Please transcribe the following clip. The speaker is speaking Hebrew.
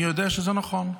אני יודע שזה נכון.